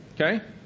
Okay